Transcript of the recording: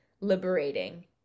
liberating